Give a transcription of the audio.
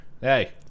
Hey